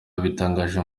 yabitangaje